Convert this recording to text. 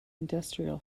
industrial